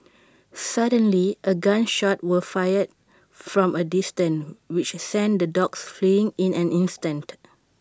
suddenly A gun shot was fired from A distance which sent the dogs fleeing in an instant